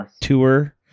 tour